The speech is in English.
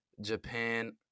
Japan